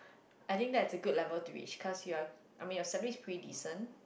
I think that is the good level to reach cause you are I mean you salary is pre decent